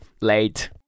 late